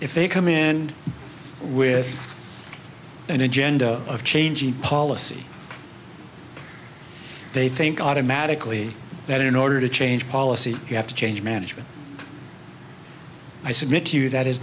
if they come in with an agenda of changing policy they think automatically that in order to change policy you have to change management i submit to you that is